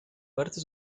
parte